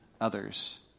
others